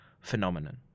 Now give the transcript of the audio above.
phenomenon